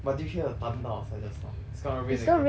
but did you hear the thunder outside just now it's gonna rain again